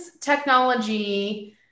technology